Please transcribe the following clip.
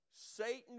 Satan